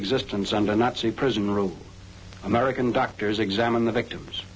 existence under nazi prison rule american doctors examine the victims